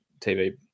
TV